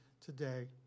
today